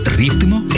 ritmo